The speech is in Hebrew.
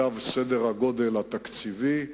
סדר-הגודל התקציבי,